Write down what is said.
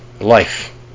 life